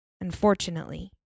Unfortunately